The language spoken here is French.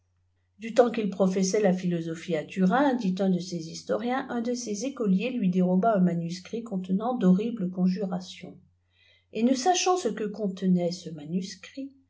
du temps qumi professait la philosophie à turin dit un de ses historiens un de ses écoliers lui déroba un manuscrit contenant d'horribles conjurations et ne sachant ce que contenait ce ma